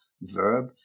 verb